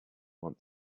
want